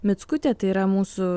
mickutė tai yra mūsų